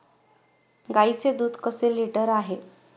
गाईचे दूध कसे लिटर आहे?